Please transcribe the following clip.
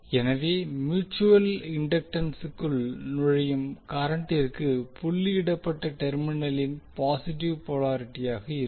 எனவே மியூட்சுவல் இண்டக்டன்சுக்குள் நுழையும் கரண்ட்டிற்கு புள்ளியிடப்பட்ட டெர்மினலில் பாசிட்டிவ் போலாரிட்டியாக இருக்கும்